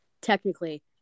technically